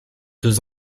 deux